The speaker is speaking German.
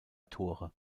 tore